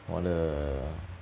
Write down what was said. all the